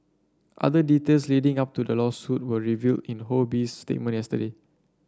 other details leading up to the lawsuit were revealed in Ho Bee's statement yesterday